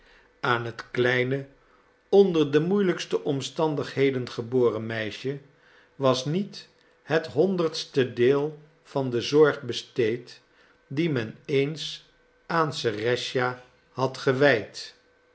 aan het kleine onder de moeielijkste omstandigheden geboren meisje was niet het honderdste deel van de zorg besteed die men eens aan serëscha had gewijd